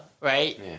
right